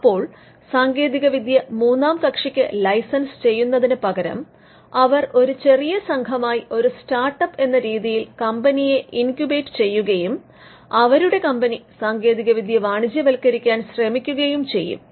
അപ്പോൾ സാങ്കേതികവിദ്യ മൂന്നാം കക്ഷിക്ക് ലൈസൻസ് ചെയ്യുന്നതിന് പകരം അവർ ഒരു ചെറിയ സംഘമായി ഒരു സ്റ്റാർട്ടപ്പ് എന്ന രീതിയിൽ അവർ കമ്പനിയെ ഇൻക്യൂബേറ്റ് ചെയ്യുകയും അവരുടെ കമ്പനി സാങ്കേതികവിദ്യ വാണിജ്യവത്കരിക്കാൻ ശ്രമിക്കുകയും ചെയ്യും